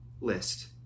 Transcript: list